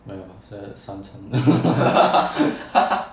没有是三成